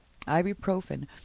Ibuprofen